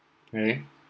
really